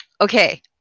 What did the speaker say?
Okay